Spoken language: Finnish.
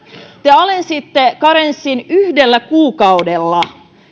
te lyhensitte karenssia yhdellä kuukaudella